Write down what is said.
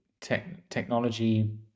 technology